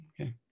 okay